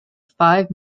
five